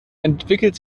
entwickelt